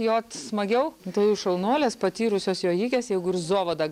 jot smagiau tai jūs šaunuolės patyrusios jojikės jeigu ir zovoda